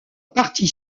partie